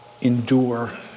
Endure